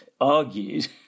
argued